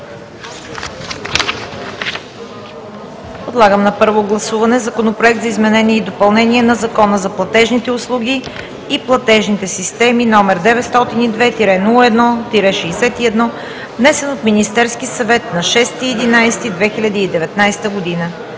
Подлагам на първо гласуване Законопроект за изменение и допълнение на Закона за платежните услуги и платежните системи, № 902-01-61, внесен от Министерския съвет на 6 ноември